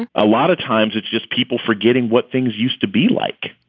a lot of times it's just people forgetting what things used to be like